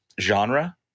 genre